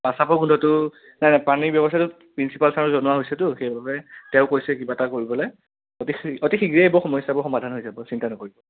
পাচাবৰ গোন্ধটো নাই নাই পানীৰ ব্যৱস্থাটো প্ৰিঞ্চিপাল ছাৰক জনোৱা হৈছেটো সেইবাবে তেওঁ কৈছে কিবা এটা কৰিবলৈ অতি শী অতি শীঘ্ৰেই এইবোৰ সমস্যাবোৰ সমাধান হৈ যাব চিন্তা নকৰিব